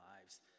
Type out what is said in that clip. lives